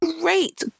great